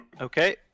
Okay